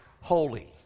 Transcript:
holy